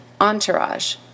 entourage